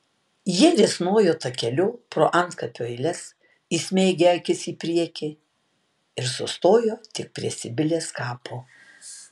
jie risnojo takeliu pro antkapių eiles įsmeigę akis į priekį ir sustojo tik prie sibilės kapo